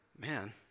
man